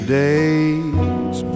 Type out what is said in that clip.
days